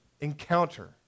encounter